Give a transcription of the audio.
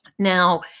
Now